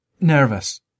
nervous